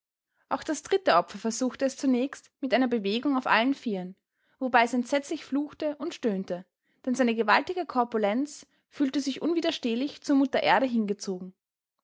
auch das dritte opfer versuchte es zunächst mit einer bewegung auf allen vieren wobei es entsetzlich fluchte und stöhnte denn seine gewaltige korpulenz fühlte sich unwiderstehlich zur mutter erde hingezogen